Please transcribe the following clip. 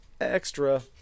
Extra